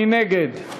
מי נגד?